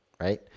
right